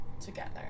together